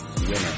winner